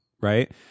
Right